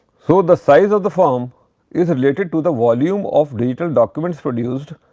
so, the size of the firm is related to the volume of digital documents produced.